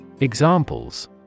Examples